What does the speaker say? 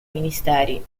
ministeri